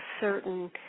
certain